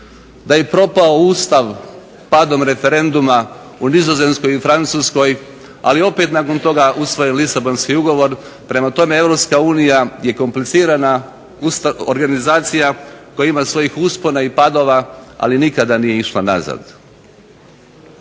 da je propao Ustav padom referenduma u Nizozemskoj i Francuskoj, ali opet nakon toga je usvojen Lisabonski ugovor. Prema tome, Europska unija je komplicirana organizacija koja ima svojih uspona i padova ali nikada nije išla nazad.